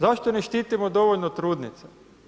Zašto ne štitimo dovoljno trudnice?